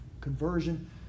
conversion